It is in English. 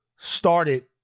started